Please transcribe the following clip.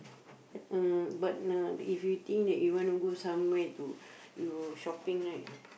but uh but uh if you think that you want to go somewhere to you shopping right